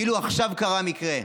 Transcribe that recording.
כאילו עכשיו קרה המקרה.